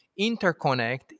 interconnect